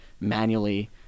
manually